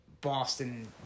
Boston